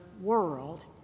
world